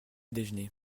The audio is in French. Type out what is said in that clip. déjeuner